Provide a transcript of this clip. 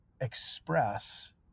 express